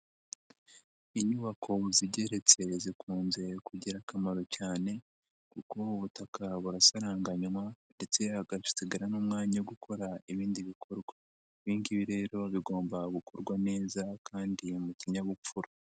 Inyubako zigeretse zikunze kugira akamaro cyane kuko ubutaka burasaranganywa ndetse hagasigara n'umwanya wo gukora ibindi bikorwa, ibi ngibi rero bigomba gukorwa neza kandi mu kinyabupfura.